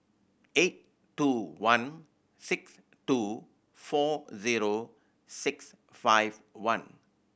eight two one six two four zero six five one